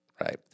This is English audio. right